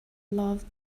loved